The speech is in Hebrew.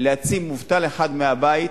להציל מובטל אחד מהבית,